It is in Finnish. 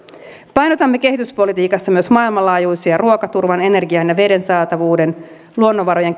painotamme kehityspolitiikassa myös maailmanlaajuisia ruokaturvan energian ja veden saatavuuden luonnonvarojen